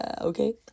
okay